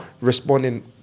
responding